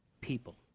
people